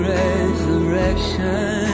resurrection